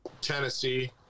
Tennessee